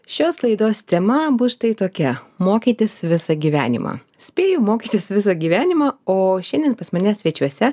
šios laidos tema bus štai tokia mokytis visą gyvenimą spėju mokytis visą gyvenimą o šiandien pas mane svečiuose